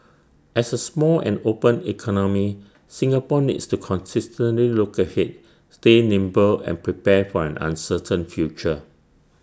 as A small and open economy Singapore needs to consistently look ahead stay nimble and prepare for an uncertain future